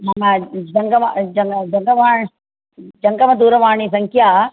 मम जङ्गम जङ्ग जङ्गवा जङ्गमदूरवाणी सङ्ख्या